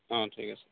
অঁ ঠিক আছে